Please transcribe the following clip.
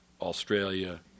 Australia